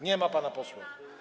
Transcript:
Nie ma pana posła.